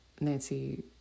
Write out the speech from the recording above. Nancy